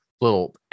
little